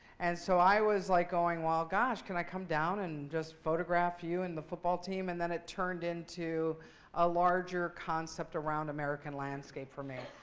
and so i was like going, well gosh, can i come down and just photograph you and the football team? and then, it turned into a larger concept around american landscape for me.